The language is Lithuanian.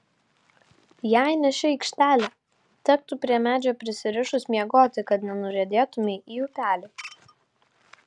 jei ne ši aikštelė tektų prie medžio prisirišus miegoti kad nenuriedėtumei į upelį